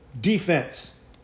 defense